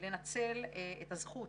לנצל את הזכות